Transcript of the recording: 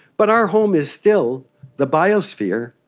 but our home is still the biosphere,